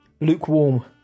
Lukewarm